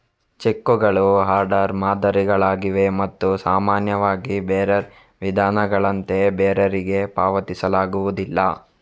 ಚೆಕ್ಕುಗಳು ಆರ್ಡರ್ ಮಾದರಿಗಳಾಗಿವೆ ಮತ್ತು ಸಾಮಾನ್ಯವಾಗಿ ಬೇರರ್ ವಿಧಾನಗಳಂತೆ ಬೇರರಿಗೆ ಪಾವತಿಸಲಾಗುವುದಿಲ್ಲ